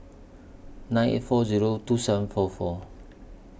nine eight four Zero two seven four four